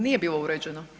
Nije bilo uređeno.